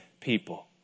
people